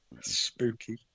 spooky